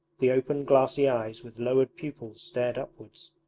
the open glassy eyes with lowered pupils stared upwards,